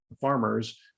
farmers